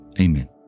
Amen